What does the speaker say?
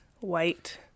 White